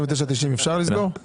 אפשר לסגור על 29.90?